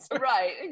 Right